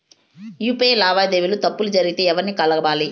UPI లావాదేవీల లో తప్పులు జరిగితే ఎవర్ని కలవాలి?